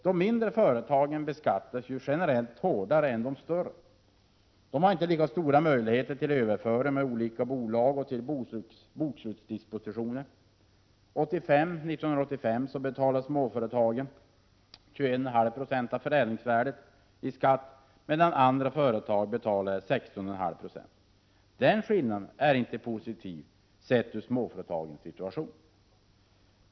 De mindre företagen beskattas generellt hårdare än de större. De har inte lika stora möjligheter till överföringar mellan olika bolag och till bokslutsdispositioner. 1985 betalade småföretagen 21,5 96 av förädlingsvärdet i skatt, medan andra företag betalade 16,5 26. Den skillnaden är inte positiv, sett ur småföretagens synvinkel.